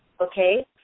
Okay